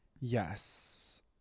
yes